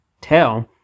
tell